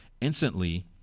Instantly